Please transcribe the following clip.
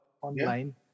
online